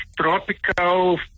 tropical